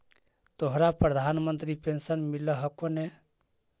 तोहरा प्रधानमंत्री पेन्शन मिल हको ने?